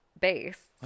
base